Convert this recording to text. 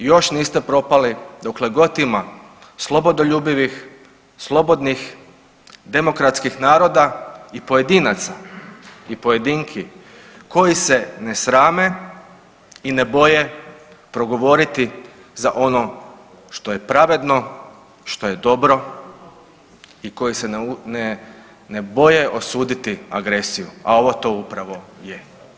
Još niste propali dokle god ima slobodoljubivih, slobodnih, demokratskih naroda i pojedinaca i pojedinki koji se ne srame i ne boje progovoriti za ono što je pravedno, što je dobro i koji se ne boje osuditi agresiju, a ovo to upravo je.